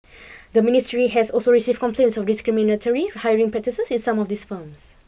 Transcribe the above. the ministry has also received complaints of discriminatory hiring practices in some of these firms